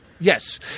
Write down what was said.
yes